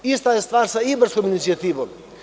Ista je stvar sa ibarskom inicijativom.